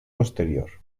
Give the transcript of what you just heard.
posterior